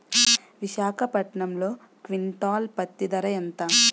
విశాఖపట్నంలో క్వింటాల్ పత్తి ధర ఎంత?